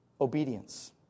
obedience